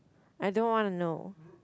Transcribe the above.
I don't wanna know